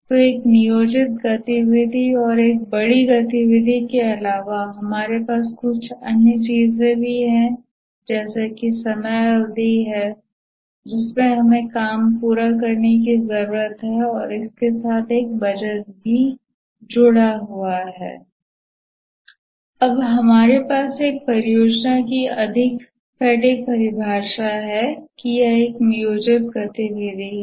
तो एक नियोजित गतिविधि और एक बड़ी गतिविधि के अलावा हमारे पास कुछ अन्य चीजें भी हैं जैसे कि समय अवधि है जिसमें हमें काम पूरा करने की जरूरत है और इसके साथ एक बजट भी जुड़ा है अब हमारे पास एक परियोजना की अधिक सटीक परिभाषा है कि यह एक नियोजित गतिविधि है